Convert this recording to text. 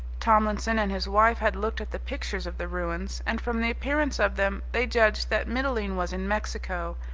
tomlinson and his wife had looked at the pictures of the ruins, and from the appearance of them they judged that mitylene was in mexico,